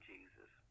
Jesus